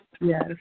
Yes